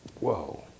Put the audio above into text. Whoa